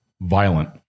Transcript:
violent